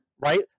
Right